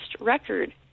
record